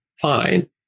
fine